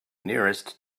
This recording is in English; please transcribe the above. nearest